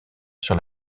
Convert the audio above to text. sur